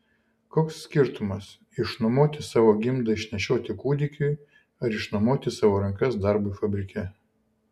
koks skirtumas išnuomoti savo gimdą išnešioti kūdikiui ar išnuomoti savo rankas darbui fabrike